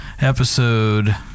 episode